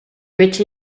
rich